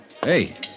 Hey